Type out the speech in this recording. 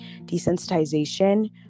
desensitization